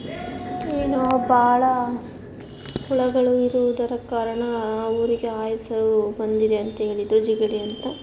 ಏನೋ ಭಾಳ ಹುಳಗಳು ಇರುವುದರ ಕಾರಣ ಆ ಊರಿಗೆ ಆ ಹೆಸರು ಬಂದಿದೆ ಅಂತ ಹೇಳಿದ್ರು ಜಿಗಣಿ ಅಂತ